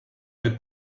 the